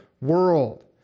world